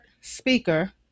speaker